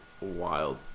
wild